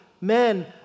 men